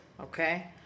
Okay